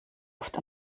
oft